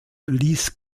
ließ